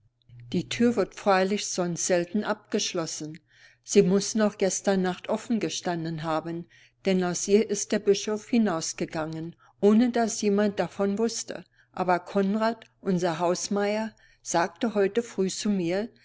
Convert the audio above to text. die tür wird freilich sonst selten abgeschlossen sie muß noch gestern nacht offen gestanden haben denn aus ihr ist der bischof hinausgegangen ohne daß jemand davon wußte aber konrad unser hausmeier sagte heute früh zu mir